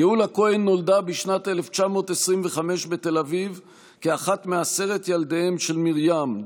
גאולה כהן נולדה בשנת 1925 בתל אביב כאחת מעשרת ילדיהם של מרים,